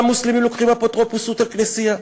מה מוסלמים לוקחים אפוטרופסות על כנסייה?